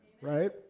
Right